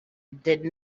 did